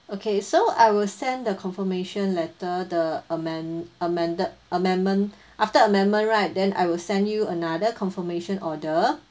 okay so I will send the confirmation letter the amend amended amendment after amendment right then I will send you another confirmation order